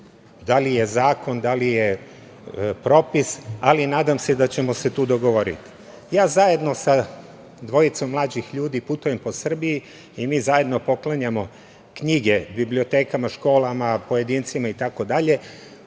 da li je zakon, da li je propis, ali nadam se da ćemo se tu dogovoriti. Zajedno sa dvojicom mlađih ljudi putujem po Srbiji i mi zajedno poklanjamo knjige, bibliotekama, školama, pojedincima, itd.